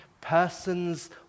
persons